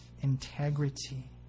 integrity